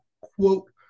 quote